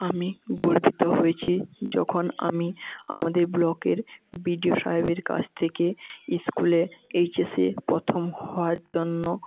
আমি গর্বিত হয়েছি যখন আমি আমাদের ব্লকের বি ডি ও সাহেবের কাছ থেকে স্কুলে এইচ এসে প্রথম হওয়ার জন্য